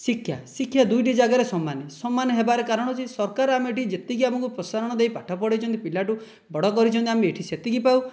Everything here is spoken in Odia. ଶିକ୍ଷା ଶିକ୍ଷା ଦୁଇଟି ଜାଗାରେ ସମାନ ସମାନ ହେବାର କାରଣ ହେଉଛି ସରକାର ଆମେ ଏଇଠି ଯେତିକି ଆମକୁ ପ୍ରସାରଣ ଦେଇ ପାଠ ପଢ଼େଇଛନ୍ତି ପିଲାଠାରୁ ବଡ଼ କରିଛନ୍ତି ଆମେ ଏଇଠି ସେତିକି ପାଉ